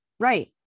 Right